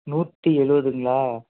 நூற்றி எழுபதுங்களா